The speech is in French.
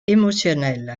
émotionnel